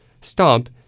Stomp